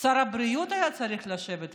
שר הבריאות היה צריך לשבת פה.